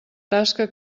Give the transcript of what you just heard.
tasca